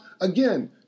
again